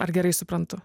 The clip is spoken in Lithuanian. ar gerai suprantu